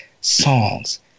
songs